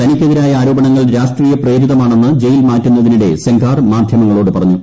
തനിക്കെതിരായ ആരോപണങ്ങൾ രാഷ്ട്രീയ പ്രേരിതമാണെന്ന് ജയിൽ മാറ്റുന്നതിനിടെ സെംഗാർ മാധ്യമങ്ങളോട് പറഞ്ഞു